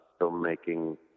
filmmaking